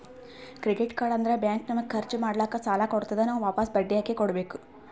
credit card ಅಂದುರ್ bank ನಮಗ ಖರ್ಚ್ ಮಾಡ್ಲಾಕ್ ಸಾಲ ಕೊಡ್ತಾದ್, ನಾವ್ ವಾಪಸ್ ಬಡ್ಡಿ ಹಾಕಿ ಕೊಡ್ಬೇಕ